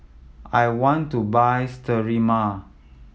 I want to buy Sterimar